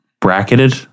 bracketed